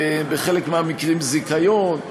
ובחלק מהמקרים זיכיון,